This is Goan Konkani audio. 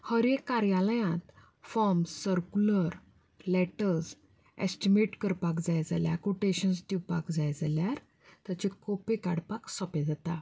हर एक कार्यालयांत फोर्म्स सरकुलर लेटर्स एस्टिमेट करपाक जाय जाल्यार कोटेशन्स दिवपाक जाय जाल्यार ताच्यो कॉपी काडपाक सोंपें जाता